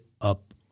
up